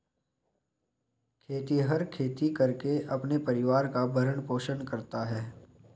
खेतिहर खेती करके अपने परिवार का भरण पोषण करता है